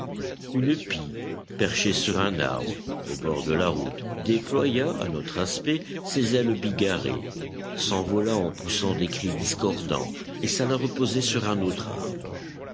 une pie perchée sur un arbre au bord de la route déploya à notre aspect ses ailes bigarrées s'envola en poussant dès cris discordants et s'alla reposer sur un autre arbre